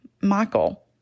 Michael